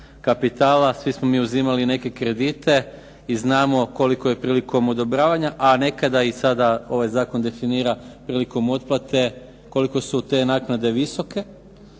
kapitala. Svi smo mi uzimali neke kredite i znamo koliko je prilikom odobravanja, a nekada i sada ovaj zakon definira prilikom otplate koliko su te naknade visoke